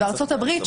בארצות הברית,